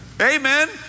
Amen